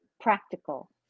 practical